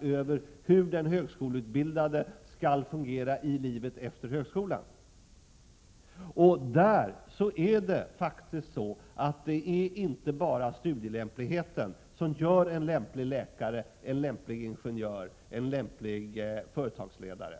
över hur den högskoleutbildade skall fungera i livet efter högskolan. Det är faktiskt inte bara studielämplighet som gör en lämplig läkare, en lämplig ingenjör, en lämplig företagsledare.